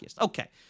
Okay